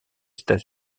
états